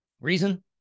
Reason